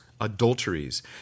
adulteries